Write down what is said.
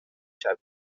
شویم